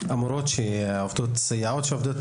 התנאים של הסייעות שעובדות